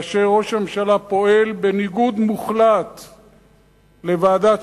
וראש הממשלה פועל בניגוד מוחלט לוועדת-שמגר,